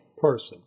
person